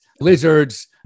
lizards